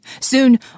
Soon